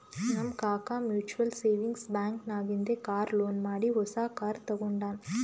ನಮ್ ಕಾಕಾ mutual savings bank ನಾಗಿಂದೆ ಕಾರ್ ಲೋನ್ ಮಾಡಿ ಹೊಸಾ ಕಾರ್ ತಗೊಂಡಾನ್